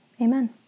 Amen